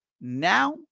now